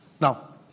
Now